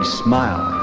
smile